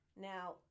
Now